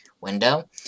window